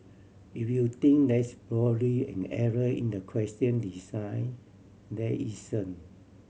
if you think there's probably an error in the question design there isn't